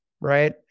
right